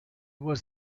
was